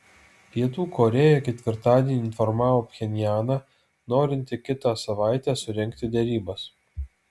pietų korėja ketvirtadienį informavo pchenjaną norinti kitą savaitę surengti derybas